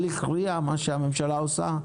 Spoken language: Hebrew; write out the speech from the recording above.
מה שהממשלה עושה?